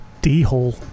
D-hole